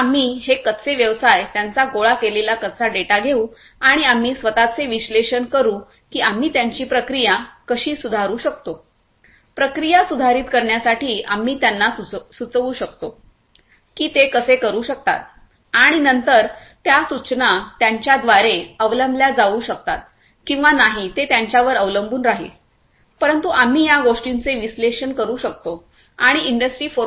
तर आम्ही हे कच्चे व्यवसाय त्यांचा गोळा केलेला कच्चा डेटा घेऊ आणि आम्ही स्वत चे विश्लेषण करू की आम्ही त्यांची प्रक्रिया कशी सुधारू शकतो प्रक्रिया सुधारित करण्यासाठी आम्ही त्यांना सुचवू शकतो की ते कसे करू शकतात आणि नंतर त्या सूचना त्यांच्याद्वारे अवलंबल्या जाऊ शकतात किंवा नाही ते त्यांच्यावर अवलंबून राहील परंतु आम्ही या गोष्टींचे विश्लेषण करू शकतो आणि इंडस्ट्री 4